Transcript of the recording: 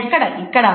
ఎక్కడ ఇక్కడ